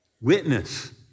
witness